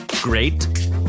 great